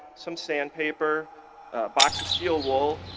some sandpaper, a box of steel wool,